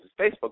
Facebook